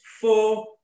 four